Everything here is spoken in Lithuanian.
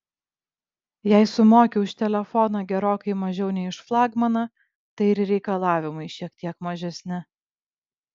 jei sumoki už telefoną gerokai mažiau nei už flagmaną tai ir reikalavimai šiek tiek mažesni